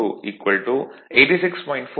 602 86